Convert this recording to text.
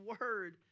Word